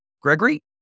Gregory